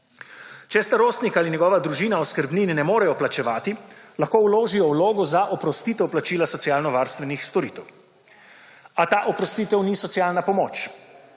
Če starostnik ali njegova družina oskrbnine ne morejo plačevati, lahko vložijo vlogo za oprostitev plačila socialno-varstvenih storitev, a ta oprostitev niso socialna pomoč,